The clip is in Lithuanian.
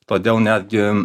todėl netgi